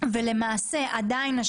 כאן ציינתם מה סוג הבדיקה.